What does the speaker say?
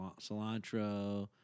cilantro